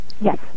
Yes